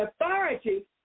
authority